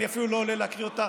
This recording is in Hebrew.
אני אפילו לא עולה לקרוא אותה.